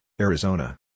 Arizona